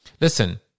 Listen